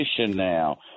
now